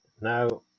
Now